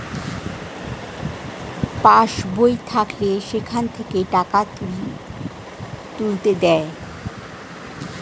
pass বই থাকলে সেখান থেকে টাকা তুলতে দেয়